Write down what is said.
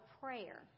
prayer